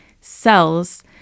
cells